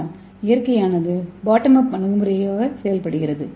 ஆனால் இயற்கையானது bottom up அணுகுமுறையாக செயல்படுகிறது